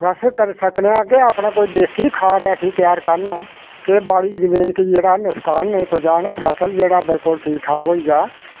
request करी सकने आं कि अपना कोई देसी खाद ऐसी त्यार करन के बाड्डी गी जेह्ड़ा नुक्सान नेईं पजान फसल जेहडा ठीक ठाक होई जाए